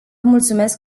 mulțumesc